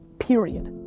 period.